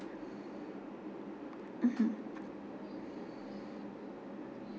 mmhmm